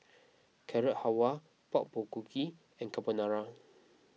Carrot Halwa Pork Bulgogi and Carbonara